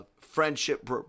friendship